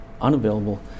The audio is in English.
unavailable